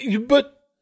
But—